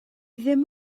ddim